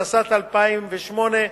התשס"ט 2008,